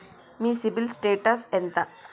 మీ CIBIL status ఎంత?